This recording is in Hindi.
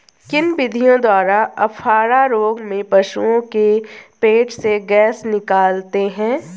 किन विधियों द्वारा अफारा रोग में पशुओं के पेट से गैस निकालते हैं?